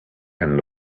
and